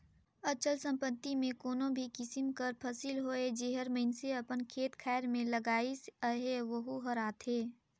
अचल संपत्ति में कोनो भी किसिम कर फसिल होए जेहर मइनसे अपन खेत खाएर में लगाइस अहे वहूँ हर आथे